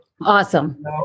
Awesome